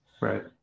Right